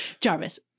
Jarvis